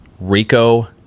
Rico